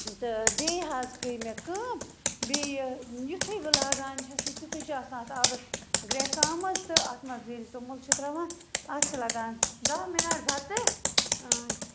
تہٕ بیٚیہِ حظ کٔرۍ مےٚ کٲم بیٚیہِ یُتھٕے بہٕ لاگان چھَس یہِ تیُتھٕے چھِ آسان اَتھ آبَس گرٛٮ۪کھ آمٕژ تہٕ اَتھ منٛز ییٚلہِ توٚمُل چھِ ترٛاوان اَتھ چھِ لَگان دَہ مِنَٹ بتہٕ